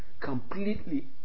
completely